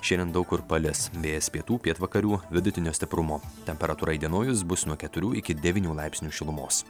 šiandien daug kur palis vėjas pietų pietvakarių vidutinio stiprumo temperatūra įdienojus bus nuo keturių iki devynių laipsnių šilumos